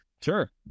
Sure